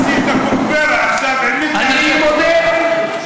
אדוני היושב-ראש,